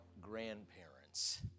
grandparents